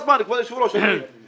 כבוד היושב ראש, הגיע הזמן.